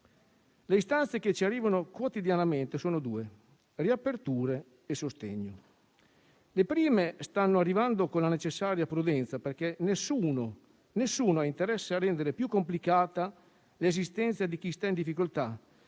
Le istanze che ci arrivano quotidianamente sono due: riaperture e sostegno. Le prime stanno arrivando, seppure con la necessaria prudenza, perché nessuno ha interesse a rendere più complicata l'esistenza di chi è in difficoltà